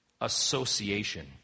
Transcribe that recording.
Association